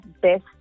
best